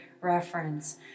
reference